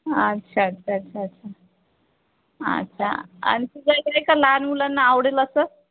आच्छा अच्छा अच्छा अच्छा आच्छा आणखी काही आहे का लहान मुलांना आवडेल असं